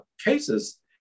cases